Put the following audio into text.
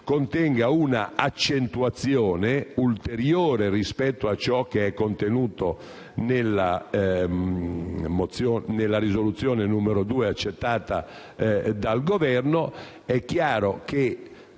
contenga un'accentuazione ulteriore rispetto a ciò che è contenuto nella risoluzione n. 2 accettata dal Governo. È chiaro che